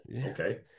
okay